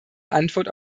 antwort